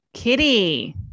Kitty